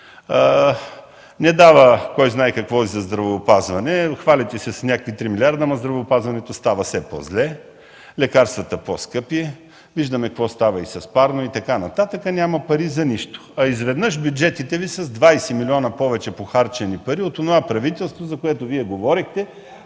Не дава кой знае какво и за здравеопазване. Хвалите се с някакви 3 милиарда, ама здравеопазването става все по-зле, лекарствата – по-скъпи. Виждаме какво става с парно и така нататък. Няма пари за нищо. А изведнъж бюджетите Ви са с 20 милиарда повече похарчени пари. Двадесет милиарда повече